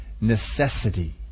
necessity